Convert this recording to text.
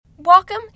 Welcome